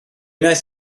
wnaeth